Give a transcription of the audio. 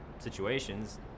situations